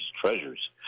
treasures